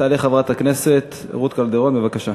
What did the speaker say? תעלה חברת הכנסת רות קלדרון, בבקשה.